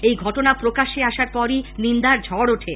এই ঘটনা প্রকাশ্যে আসার পরই নিন্দার ঝড় ওঠে